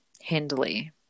hindley